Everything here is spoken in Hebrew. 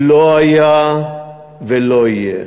לא היה ולא יהיה.